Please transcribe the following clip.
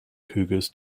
cougars